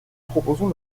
proposons